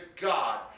God